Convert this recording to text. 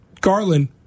Garland